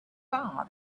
far